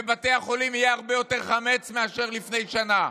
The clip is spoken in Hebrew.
בבתי החולים יהיה הרבה יותר חמץ מאשר לפני שנה.